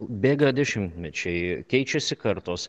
bėga dešimtmečiai keičiasi kartos